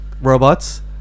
robots